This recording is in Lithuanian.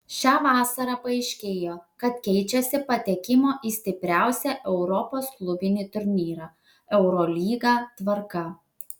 šią vasarą paaiškėjo kad keičiasi patekimo į stipriausią europos klubinį turnyrą eurolygą tvarka